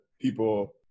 people